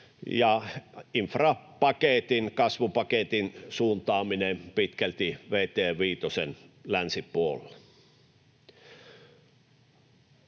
infrapaketin, kasvupaketin, suuntaaminen pitkälti vt viitosen länsipuolelle.